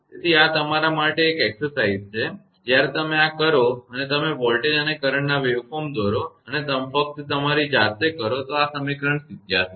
તેથી આ તમારા માટે એક તાલીમ છે જ્યારે તમે આ કરો અને તમે વોલ્ટેજ અને કરંટના વેવ ફોર્મ દોરો અને ફક્ત તમારી જાતે કરો તો આ સમીકરણ 87 છે